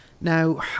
Now